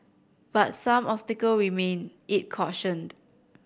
but some obstacles remain it cautioned